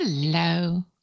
Hello